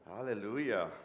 Hallelujah